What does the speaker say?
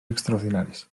extraordinaris